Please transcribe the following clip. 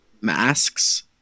masks